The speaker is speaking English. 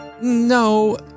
No